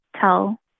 tell